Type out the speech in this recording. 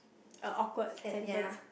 awkward sentence